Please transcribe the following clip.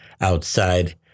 outside